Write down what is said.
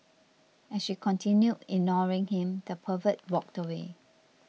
as she continued ignoring him the pervert walked away